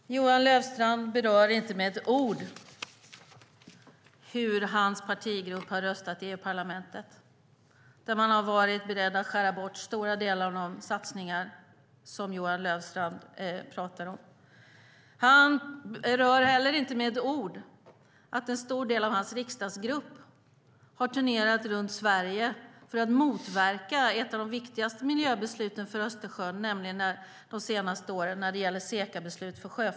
Fru talman! Johan Löfstrand berör inte med ett ord hur hans partigrupp har röstat i Europaparlamentet. Man har varit beredd att skära bort stora delar av de satsningar som Johan Löfstrand pratar om. Han berör inte heller med ett ord att en stor del av hans riksdagsgrupp har turnerat runt i Sverige för att motverka ett av de viktigaste miljöbesluten för Östersjön under de senaste åren, nämligen SEKA-beslut för sjöfarten.